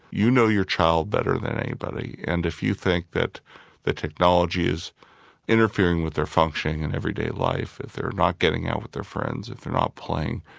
you know your child better than anybody and if you think that the technology is interfering with their functioning in everyday life, if they're not getting out with their friends, if they're not playing,